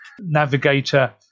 navigator